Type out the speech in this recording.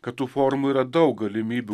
kad tų formų yra daug galimybių